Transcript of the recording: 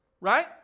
Right